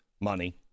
money